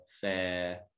fair